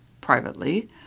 privately